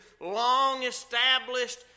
long-established